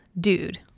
dude